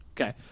Okay